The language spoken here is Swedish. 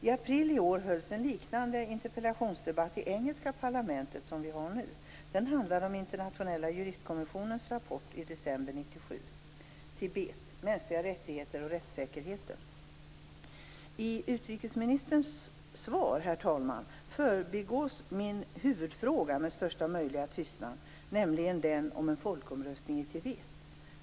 I april i år hölls en liknande interpellationsdebatt i engelska parlamentet som vi har i dag. Den handlade om Internationella juristkommissionens rapport i december 1997: Tibet: Mänskliga rättigheter och rättssäkerheten. I utrikesministerns svar, herr talman, förbigås min huvudfråga med största möjliga tystnad, nämligen den om en folkomröstning i Tibet.